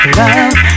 love